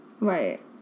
Right